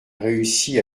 réussi